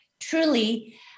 truly